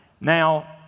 Now